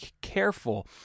careful